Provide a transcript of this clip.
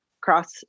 Cross